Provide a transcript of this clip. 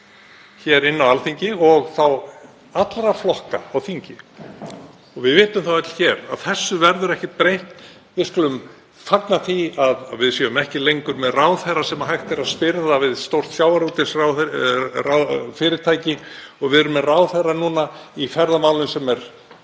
á Alþingi og þá allra flokka á þingi. Við vitum það öll hér að þessu verður ekki breytt. Við skulum fagna því að við séum ekki lengur með ráðherra sem hægt er að spyrða við stórt sjávarútvegsfyrirtæki og við erum með ráðherra núna í ferðamálum sem er